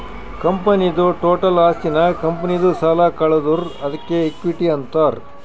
ಕಂಪನಿದು ಟೋಟಲ್ ಆಸ್ತಿನಾಗ್ ಕಂಪನಿದು ಸಾಲ ಕಳದುರ್ ಅದ್ಕೆ ಇಕ್ವಿಟಿ ಅಂತಾರ್